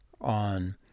on